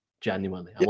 genuinely